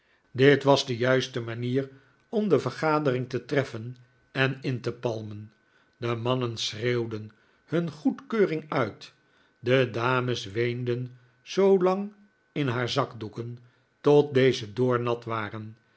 dit was de juiste manier om de vergadering te treffen en in te palmen de mannen schreeuwden hun goedkeuring uit de dames weenden zoolang in haar zakdoeken tot deze doornat waren